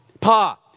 pa